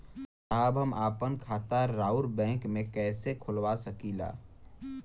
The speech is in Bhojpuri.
साहब हम आपन खाता राउर बैंक में कैसे खोलवा सकीला?